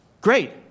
great